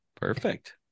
Perfect